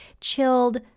chilled